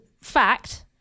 fact